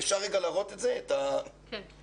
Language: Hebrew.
אפשר להראות את הכרזה?